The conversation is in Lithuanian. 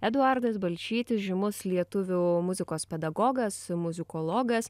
eduardas balčytis žymus lietuvių muzikos pedagogas muzikologas